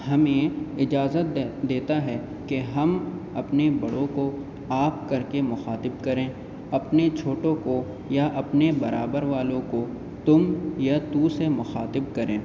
ہمیں اجازت دے دیتا ہے کہ ہم اپنے بڑوں کو آپ کر کے مخاطب کریں اپنے چھوٹوں کو یا اپنے برابر والوں کو تم یا تو سے مخاطب کریں